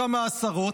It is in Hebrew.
כמה עשרות,